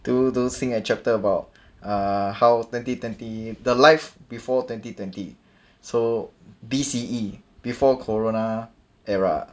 do those thing and chapter about uh how twenty twenty the life before twenty twenty so B_C_E before corona era